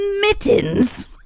mittens